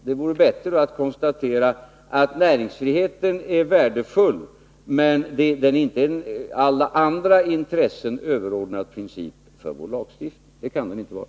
Det vore bättre att konstatera att näringsfriheten är värdefull, men den är inte en princip som är överordnad alla andra intressen i vår lagstiftning. Det kan den inte vara.